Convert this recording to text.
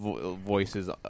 voices